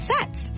sets